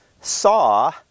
saw